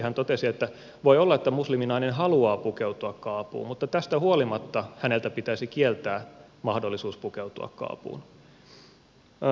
hän totesi että voi olla että musliminainen haluaa pukeutua kaapuun mutta tästä huolimatta häneltä pitäisi kieltää mahdollisuus pukeutua kaapuun